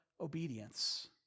obedience